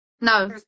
No